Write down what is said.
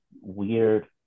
weird